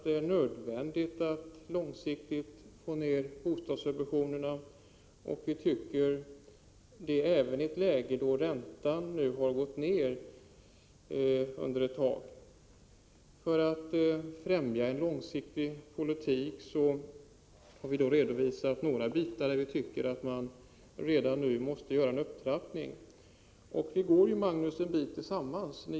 Det är nödvändigt att långsiktigt minska bostadssubventionerna, även i ett läge då räntan går ner. För att främja en långsiktig politik har vi redovisat några punkter där det redan nu måste göras en upptrappning. Vi går ju, Magnus Persson, tillsammans en bit.